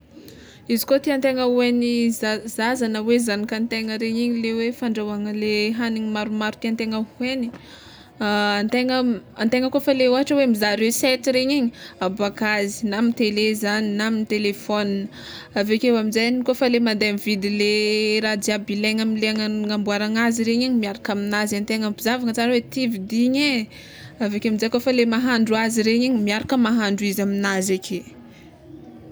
Izy koa tiantegna ho haign'ny za- zaza na hoe zagnakantegna regny igny le hoe fandrahoagna le hagniny maromaro tiantegna ho haigny antegna antegna koa fa le ôhatra hoe mizaha resety regny igny aboaka azy na amy tele na amy telephone aveke amizegny kôfa le mande mividy le raha jiaby ilaigna amle agnamboarana azy regny igny miaraka aminazy antegna ampizahavana tsara hoe ity vidigny e, aveke aminjay kôfa le mahandro azy regny igny miaraka mahandro izy aminazy ake.